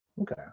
Okay